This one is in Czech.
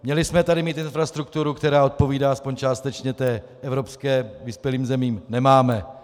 Měli jsme tady mít infrastrukturu, která odpovídá aspoň částečně té evropské, vyspělým zemím nemáme.